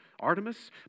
Artemis